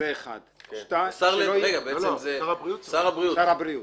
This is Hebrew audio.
בעצם זה שר הבריאות.